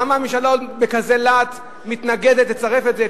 למה הממשלה מתנגדת בכזה להט לצרף את זה?